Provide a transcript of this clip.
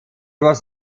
was